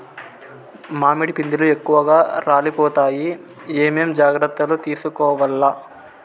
మామిడి పిందెలు ఎక్కువగా రాలిపోతాయి ఏమేం జాగ్రత్తలు తీసుకోవల్ల?